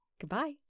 Goodbye